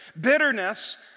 Bitterness